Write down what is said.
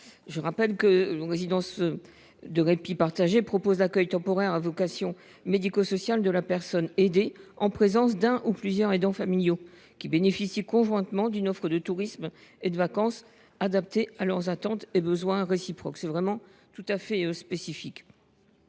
Je rappelle que nos résidences de répit partagé proposent l’accueil temporaire à vocation médico sociale de la personne aidée, en présence d’un ou plusieurs aidants familiaux, qui bénéficient conjointement d’une offre de tourisme et de vacances adaptées à leurs attentes et à leurs besoins réciproques. C’est vraiment tout à fait spécifique.